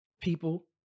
people